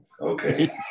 okay